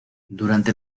durante